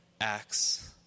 acts